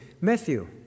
Matthew